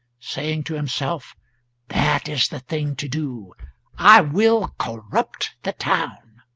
saying to himself that is the thing to do i will corrupt the town.